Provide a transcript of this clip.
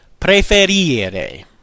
Preferire